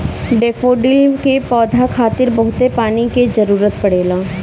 daffodil के पौधा खातिर बहुते पानी के जरुरत पड़ेला